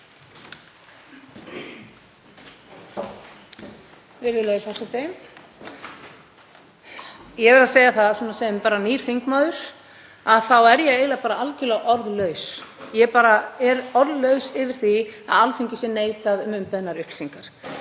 Ég verð að segja að sem nýr þingmaður þá er ég eiginlega bara algjörlega orðlaus. Ég er orðlaus yfir því að Alþingi sé neitað um umbeðnar upplýsingar.